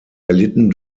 erlitten